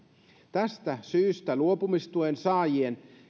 tästä syystä luopumistuen saajien